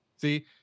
See